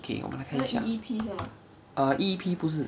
okay 我们来看一下 err E E P 不是